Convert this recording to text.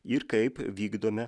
ir kaip vykdome